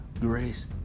grace